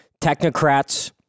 technocrats